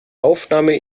aufnahme